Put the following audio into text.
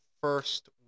first